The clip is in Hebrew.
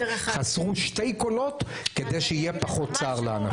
חסרו שני קולות כדי שיהיה פחות צער לאנשים.